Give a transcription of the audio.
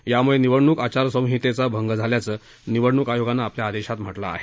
यामुळे निवडणूक आचारसंहितेचा भंग झाल्याचं निवडणूक आयोगानं आपल्या आदेशात म्हटलं आहे